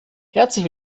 herzlich